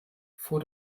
vor